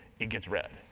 it gets read,